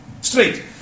Straight